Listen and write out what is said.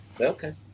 Okay